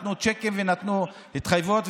נתנו צ'קים ונתנו התחייבויות,